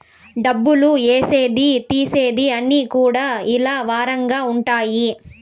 డబ్బులు ఏసేది తీసేది అన్ని కూడా ఇలా వారంగా ఉంటాయి